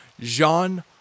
jean